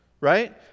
right